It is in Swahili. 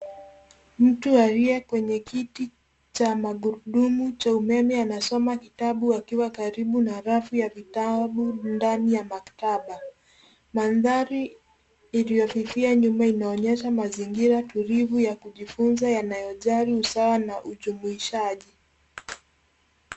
Mtu aliye kwenye kiti cha magurudumu cha umeme anasoma kitabu akiwa karibu na rafu ya vitabu ndani ya maktaba. Mandhari iliyofifia nyuma inaonyesha mazingira tulivu ya kujifunza yanayojali usawa na ujumuishaji.